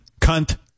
cunt